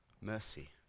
Mercy